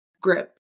grip